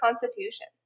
Constitution